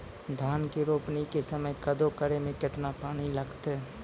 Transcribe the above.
धान के रोपणी के समय कदौ करै मे केतना पानी लागतै?